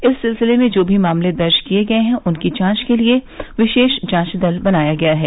इस सिलसिले में जो भी मामले दर्ज किए गये हैं उनकी जांच के लिए विशेष जांच दल बनाया गया है